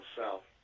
south